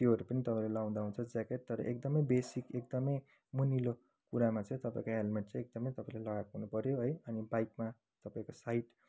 त्योहरू पनि तपाईँले लगाउँदा हुन्छ ज्याकेट तर एकदमै बेसिक एकदमै मुनिलो कुरामा चाहिँ तपाईँले हेलमेट चाहिँ एकदमै तपाईँले लगाएको हुनुपर्यो है बाइकमा तपाईँको साइड